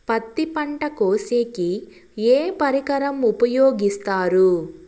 పత్తి పంట కోసేకి ఏ పరికరం ఉపయోగిస్తారు?